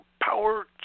power